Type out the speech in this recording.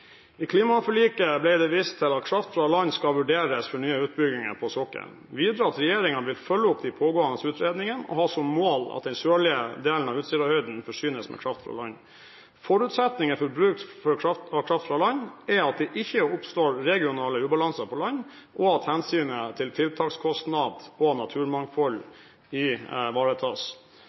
I klimaforliket ble det vist til at kraft fra land skal vurderes for nye utbygginger på sokkelen, videre at regjeringen vil følge opp de pågående utredningene og ha som mål at den sørlige delen av Utsirahøyden forsynes med kraft fra land. Forutsetningen for bruk av kraft fra land er at det ikke oppstår regionale ubalanser på land, og at hensynet til tiltakskostnad og naturmangfold ivaretas.